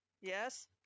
Yes